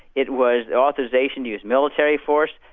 it was authorisation to use military force,